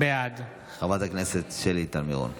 בעד שלי טל מירון,